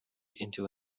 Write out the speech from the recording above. into